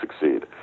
succeed